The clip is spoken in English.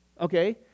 okay